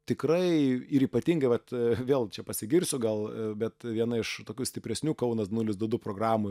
tikrai ir ypatingai vat vėl čia pasigirsiu gal bet viena iš tokių stipresnių kaunas nulis du du programoj